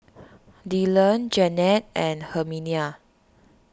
Dylon Jannette and Herminia